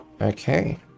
okay